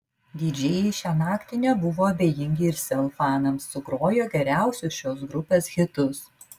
didžėjai šią naktį nebuvo abejingi ir sel fanams sugrojo geriausius šios grupės hitus